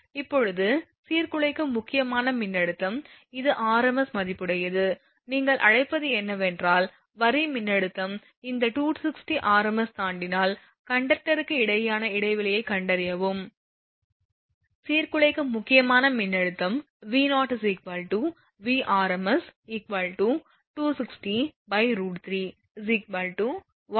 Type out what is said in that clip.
இப்போது சீர்குலைக்கும் முக்கியமான மின்னழுத்தம் இது rms மதிப்புடையது நீங்கள் அழைப்பது என்னவென்றால் வரி மின்னழுத்தம் இந்த 260 rms தாண்டினால் கண்டக்டருக்கு இடையேயான இடைவெளியைக் கண்டறியவும் சீர்குலைக்கும் முக்கியமான மின்னழுத்தம் V0 Vrms 260 √3 150